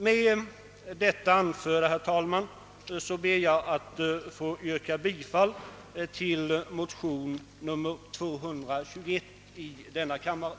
Med det anförda, herr talman, ber jag att få yrka bifall till motion nr 221 i denna kammare.